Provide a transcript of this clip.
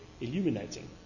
illuminating